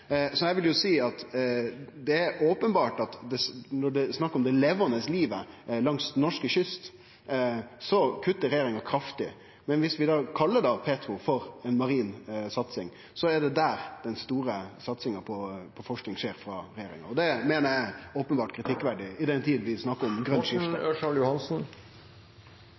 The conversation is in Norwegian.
Så eg vil jo seie at det er openbert at når det er snakk om det levande livet langs den norske kysten, så kuttar regjeringa kraftig, men dersom vi kallar petro for ei marin satsing, så er det der den store satsinga på forsking skjer frå regjeringa. Og det meiner eg er openbert kritikkverdig i den tida vi snakkar om